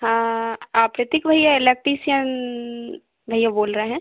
हाँ आप रितिक भैया इलेक्ट्रीसियन भैया बोल रहे हैं